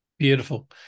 Beautiful